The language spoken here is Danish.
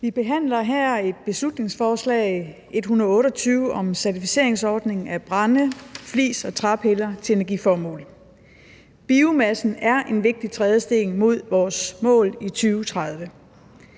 Vi behandler her et beslutningsforslag, B 128, om certificering af brænde, flis og træpiller til energiformål. Biomassen er en vigtig trædesten mod vores mål i 2030.